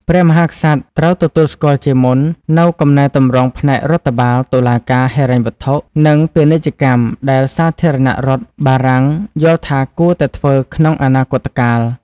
ព្រះមហាក្សត្រត្រូវទទួលស្គាល់ជាមុន នូវកំណែទម្រង់ផ្នែករដ្ឋបាល តុលាការ ហិរញ្ញវត្ថុ និងពាណិជ្ជកម្មដែលសាធារណរដ្ឋបារាំងយល់ថាគួរតែធ្វើក្នុងអនាគតកាល។